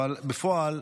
אבל בפועל,